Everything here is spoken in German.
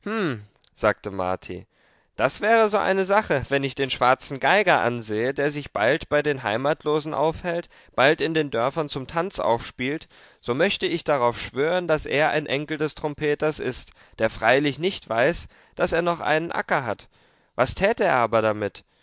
sagte marti das wäre so eine sache wenn ich den schwarzen geiger ansehe der sich bald bei den heimatlosen aufhält bald in den dörfern zum tanz aufspielt so möchte ich darauf schwören daß er ein enkel des trompeters ist der freilich nicht weiß daß er noch einen acker hat was täte er aber damit